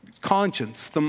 conscience